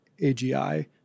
AGI